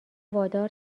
وادار